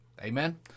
Amen